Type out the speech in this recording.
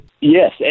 Yes